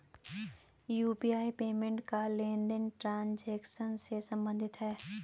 UPI payment का लेनदेन transaction से सम्बंधित है